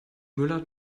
müller